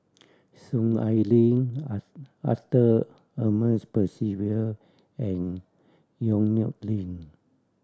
Soon Ai Ling Arthur Ernest Percival and Yong Nyuk Lin